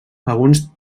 alguns